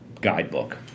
guidebook